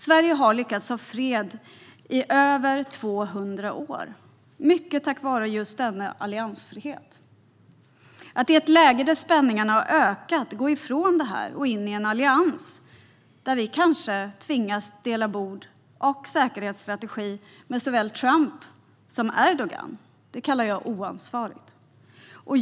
Sverige har lyckats ha fred i över 200 år mycket tack vare just denna alliansfrihet. Att i ett läge där spänningarna ökat gå ifrån detta och in i en allians, där vi kanske tvingas dela bord och säkerhetsstrategi med såväl Trump som Erdogan, kallar jag oansvarigt.